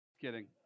Kidding